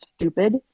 stupid